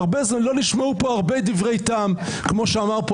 לא נשמעו פה הרבה דברי טעם כמו שאמר פה